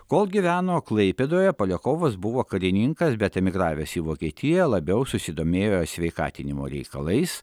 kol gyveno klaipėdoje poliakovas buvo karininkas bet emigravęs į vokietiją labiau susidomėjo sveikatinimo reikalais